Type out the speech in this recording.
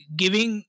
giving